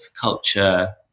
culture